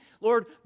Lord